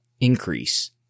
increase